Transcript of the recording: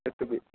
একটু